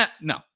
No